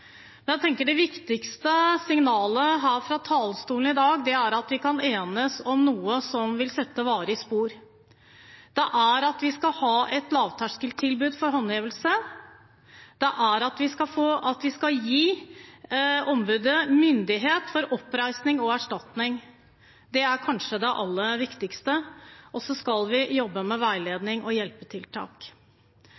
Jeg tenker at det viktigste signalet her fra talerstolen i dag er at vi kan enes om noe som vil sette varige spor. Det er at vi skal ha et lavterskeltilbud for håndhevelse, det er at vi skal gi ombudet myndighet til oppreisning og erstatning. Det er kanskje det aller viktigste, og så skal vi jobbe med